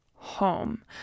Home